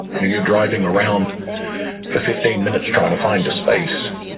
you're driving around for fifteen minutes trying to find a space,